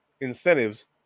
incentives